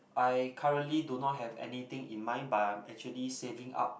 I currently do not have anything in mind but I'm actually saving up